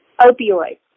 opioids